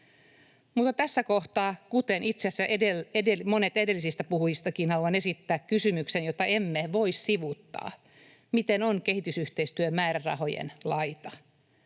Mutta tässä kohtaa, kuten itse asiassa monet edellisistäkin puhujista, haluan esittää kysymyksen, jota emme voi sivuuttaa: miten on kehitysyhteistyömäärärahojen laita?